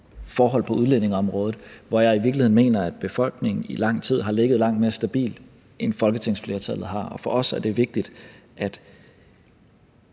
forhold på udlændingeområdet, hvor jeg i virkeligheden mener at befolkningen i lang tid har ligget langt mere stabilt, end folketingsflertallet har. For os er det vigtigt at